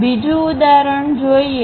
ચાલો બીજું ઉદાહરણ જોઈએ